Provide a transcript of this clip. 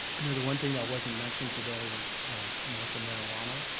you know the one thing that wasn't mentioned today was medical marijuana.